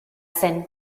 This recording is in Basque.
zen